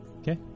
Okay